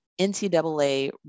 NCAA